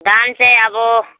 धान चाहिँ अब